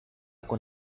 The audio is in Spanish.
con